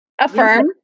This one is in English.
Affirm